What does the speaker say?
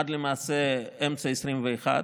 עד למעשה אמצע 2021,